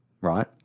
right